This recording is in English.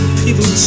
people